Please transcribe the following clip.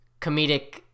comedic